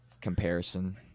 comparison